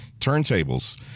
turntables